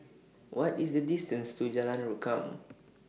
What IS The distance to Jalan Rukam